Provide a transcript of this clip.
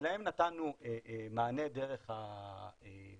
ולהם נתנו מענה דרך המיפוי,